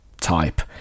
type